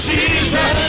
Jesus